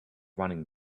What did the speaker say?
running